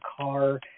car